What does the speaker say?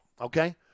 Okay